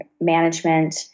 management